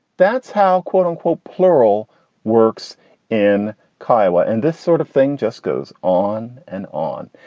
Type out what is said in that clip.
that's how quote unquote plural works in kiawah. and this sort of thing just goes on and on.